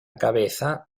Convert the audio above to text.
cabeza